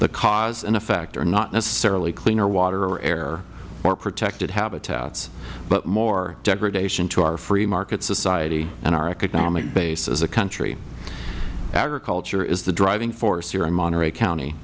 the cause and effect are not necessarily cleaner water or air or protected habitats but more degradation to our free market society and our economic base as a country agriculture is the driving force here in monterey county